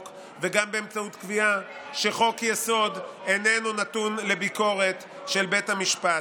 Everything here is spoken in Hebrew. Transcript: וגם באמצעות קביעה שחוק-יסוד איננו נתון לביקורת של בית המשפט.